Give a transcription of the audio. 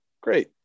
Great